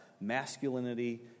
masculinity